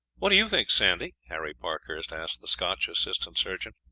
what do you think, sandy? harry parkhurst asked the scotch assistant surgeon.